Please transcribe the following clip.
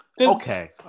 Okay